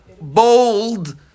bold